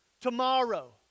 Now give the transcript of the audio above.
tomorrow